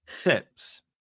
tips